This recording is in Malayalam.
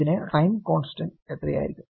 ഇതിന്റെ ടൈം കോൺസ്റ്റന്റ് എത്രയായിരിക്കും